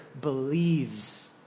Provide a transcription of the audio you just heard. believes